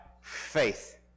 faith